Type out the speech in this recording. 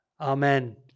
amen